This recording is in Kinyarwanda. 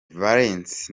valens